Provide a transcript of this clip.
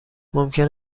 ممکن